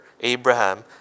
Abraham